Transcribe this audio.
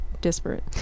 disparate